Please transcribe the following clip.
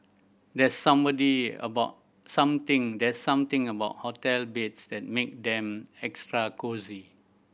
there's somebody about something there's something about hotel beds that make them extra cosy